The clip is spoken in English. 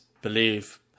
believe